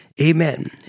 Amen